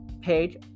page